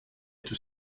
tout